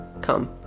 come